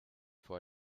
vor